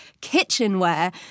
kitchenware